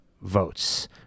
votes